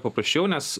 paprasčiau nes